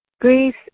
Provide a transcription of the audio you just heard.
Greece